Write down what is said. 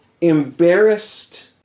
embarrassed